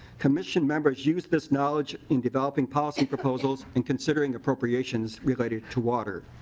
commission members use this knowledge in developing policy proposals and considering appropriations related to water.